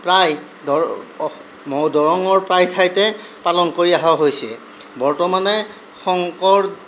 প্ৰায় দৰঙৰ প্ৰায় ঠাইতে পালন কৰি অহা হৈছে বৰ্তমানে শংকৰ